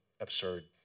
absurd